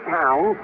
town